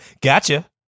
gotcha